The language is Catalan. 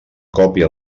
còpia